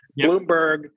bloomberg